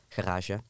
garage